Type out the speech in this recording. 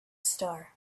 star